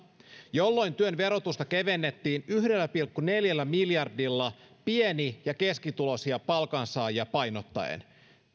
jolloin työn verotusta kevennettiin yhdellä pilkku neljällä miljardilla pieni ja keskituloisia palkansaajia painottaen